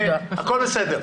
הכול בסדר.